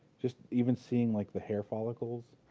just even seeing like the hair follicles